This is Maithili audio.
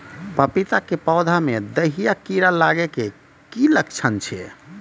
पपीता के पौधा मे दहिया कीड़ा लागे के की लक्छण छै?